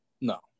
no